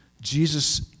Jesus